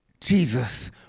Jesus